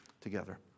together